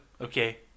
Okay